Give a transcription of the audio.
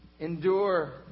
Endure